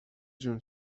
جون